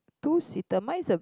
two seater mine is a